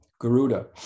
Garuda